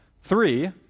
Three